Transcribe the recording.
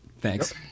Thanks